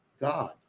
God